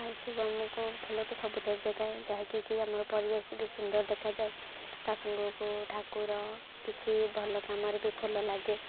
ଆସୁ ଆମକୁ ଫୁଲ ତ ସବୁଥିରେ ଯୋଗାଏ ଯାହାକି କି ଆମର ପରିବେଶ ବି ସୁନ୍ଦର ଦେଖାଯାଏ ତା ସାଙ୍ଗକୁ ଠାକୁର କିଛି ଭଲ କାମରେ ବି ଫୁଲ ଲାଗେ